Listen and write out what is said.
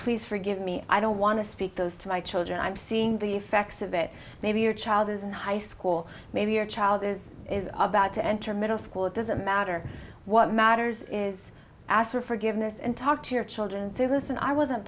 please forgive me i don't want to speak those to my children i'm seeing the effects of it maybe your child is in high school maybe your child is about to enter middle school it doesn't matter what matters is ask for forgiveness and talk to your children and say listen i wasn't